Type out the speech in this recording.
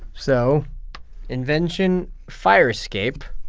so invention fire escape,